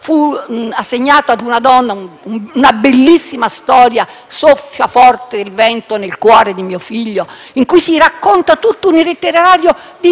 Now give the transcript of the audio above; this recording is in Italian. fu assegnato a una donna per una bellissima storia, dal titolo «Soffia forte il vento nel cuore di mio figlio», in cui si racconta tutto un itinerario